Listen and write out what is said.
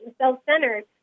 self-centered